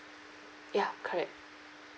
ya correct